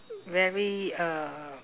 very uh